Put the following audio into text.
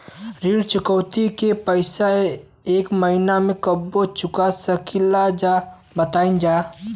ऋण चुकौती के पैसा एक महिना मे कबहू चुका सकीला जा बताईन जा?